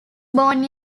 born